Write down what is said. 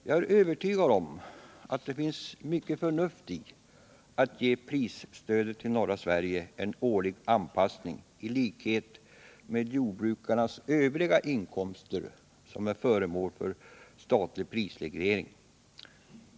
Jag är övertygad om att det finns mycket förnuft i att ge prisstödet till norra Sverige en årlig anpassning liksom fallet är med jordbrukarnas övriga inkomster som är föremål för statlig prisreglering.